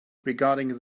regarding